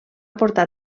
portar